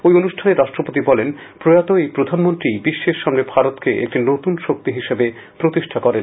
ওই অনুষ্ঠানে রাষ্ট্রপতি বলেন প্রয়াত এই প্রধানমন্ত্রীই বিশ্বের সামনে ভারতকে একটি নতুন শক্তি হিসেবে প্রতিষ্ঠা করেন